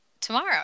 tomorrow